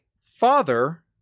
father